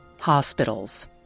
hospitals